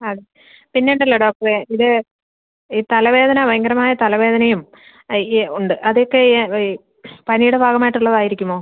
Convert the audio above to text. അതെ പിന്നെ ഉണ്ടല്ലോ ഡോക്ടറെ ഇത് ഈ തലവേദന ഭയങ്കരമായ തലവേദനയും ഉണ്ട് അത് തീരെ പനിയുടെ ഭാഗം ആയിട്ട് ഉള്ളത് ആയിരിക്കുമോ